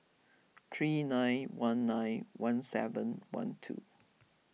three nine one nine one seven one two